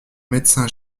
médecin